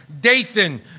Dathan